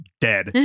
dead